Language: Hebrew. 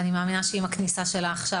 אני מאמינה שעם הכניסה שלה עכשיו,